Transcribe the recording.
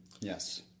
Yes